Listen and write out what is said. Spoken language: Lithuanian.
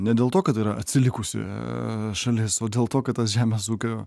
ne dėl to kad yra atsilikusi šalis o dėl to kad tas žemės ūkio